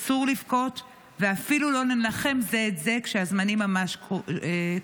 אסור לבכות ואפילו לא לנחם זה את זה כשהזמנים ממש קשים.